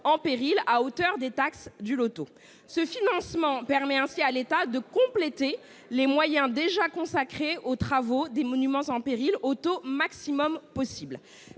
en péril à hauteur des taxes du loto. Ce financement permet ainsi à l'État de compléter les moyens déjà consacrés aux travaux des monuments en péril au taux maximum possible.